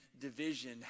division